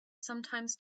sometimes